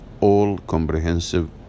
all-comprehensive